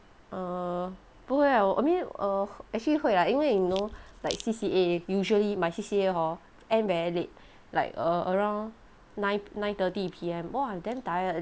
err 不会啊 I mean err actually 会啦因为 you know like C_C_A usually my C_C_A hor end very late like a around nine nine thirty P_M !wah! damn tired